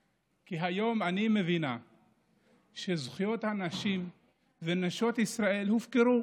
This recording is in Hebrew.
כי היום אני מבינה שזכויות הנשים ונשות ישראל הופקרו,